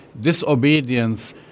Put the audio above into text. disobedience